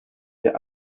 der